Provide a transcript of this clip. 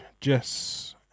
jess